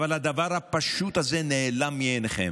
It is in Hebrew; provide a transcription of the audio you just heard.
אבל הדבר הפשוט הזה נעלם מעיניכם.